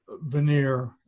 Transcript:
veneer